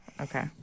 Okay